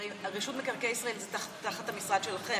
הרי רשות מקרקעי ישראל זה תחת משרד שלכם,